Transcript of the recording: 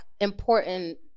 important